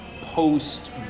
post